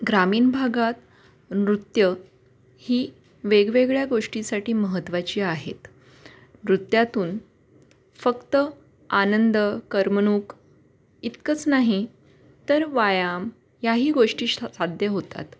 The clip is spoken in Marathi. ग्रामीण भागात नृत्य ही वेगवेगळ्या गोष्टीसाठी महत्त्वाची आहेत नृत्यातून फक्त आनंद करमणूक इतकंच नाही तर व्यायाम याही गोष्टी साध्य होतात